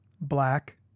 black